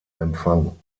empfang